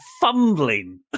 fumbling